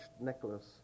necklace